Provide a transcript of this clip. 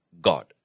God